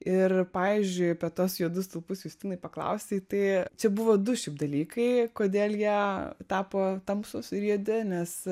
ir pavyzdžiui apie tuos juodus stulpus justinai paklausei tai čia buvo du šiaip dalykai kodėl jie tapo tamsūs ir juodi nes